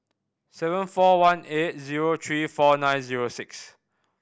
seven four one eight zero three four nine zero six